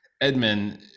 Edmund